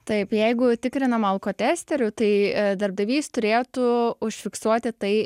taip jeigu tikrinama alkotesteriu tai darbdavys turėtų užfiksuoti tai